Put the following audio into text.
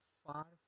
far